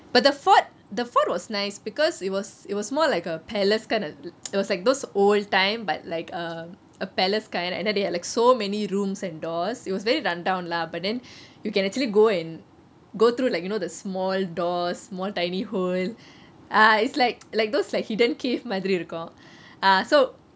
but the fort the fort was nice because it was it was more like a palace kind of it was like those old time but like err a palace kind and then they had like so many rooms and doors it was very run down lah but then you can actually go and go through like you know the small doors small tiny hole ah it's like like those like hidden cave மாதிரி இருக்கும்:mathiri irukum